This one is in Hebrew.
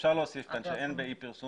אפשר להוסיף כאן, שאי פרסום